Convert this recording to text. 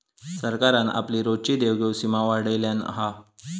सरकारान आपली रोजची देवघेव सीमा वाढयल्यान हा